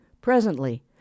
Presently